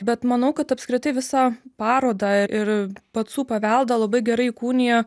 bet manau kad apskritai visą parodą ir pacų paveldą labai gerai įkūnija